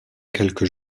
quelques